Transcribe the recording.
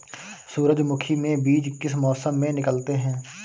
सूरजमुखी में बीज किस मौसम में निकलते हैं?